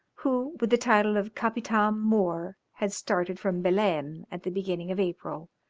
who with the title of capitam mor had started from belem at the beginning of april,